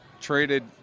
traded